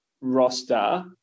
roster